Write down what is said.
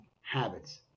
habits